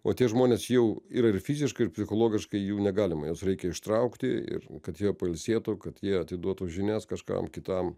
o tie žmonės jau yra ir fiziškai ir psichologiškai jų negalima juos reikia ištraukti ir kad jie pailsėtų kad jie atiduotų žinias kažkam kitam